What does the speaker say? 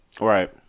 Right